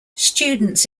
students